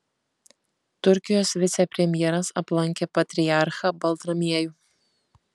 turkijos vicepremjeras aplankė patriarchą baltramiejų